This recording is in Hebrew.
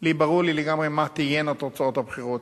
שלי ברור לגמרי מה תהיינה תוצאות הבחירות.